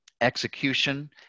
execution